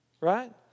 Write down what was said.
right